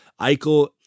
Eichel